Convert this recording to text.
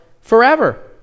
forever